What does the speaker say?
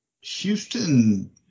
Houston